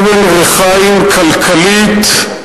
אבן רחיים כלכלית,